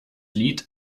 lied